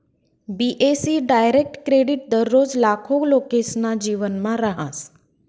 बी.ए.सी direct credit दररोज लाखो लोकेसना जीवनमा रहास